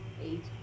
Eight